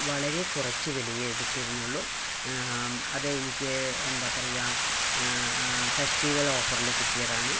വളരെ കുറച്ചു വിലയേ എടുത്തിരുന്നുള്ളൂ അത് എനിക്ക് എന്താണ് പറയുക ഫെസ്റ്റിവൽ ഓഫറിൽ കിട്ടിയതാണ്